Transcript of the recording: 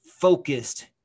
focused